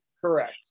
Correct